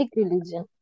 religion